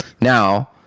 now